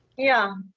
yeah,